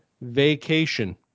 vacation